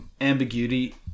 ambiguity